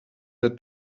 der